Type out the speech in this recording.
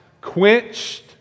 quenched